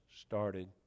started